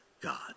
God